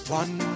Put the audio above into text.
one